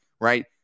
right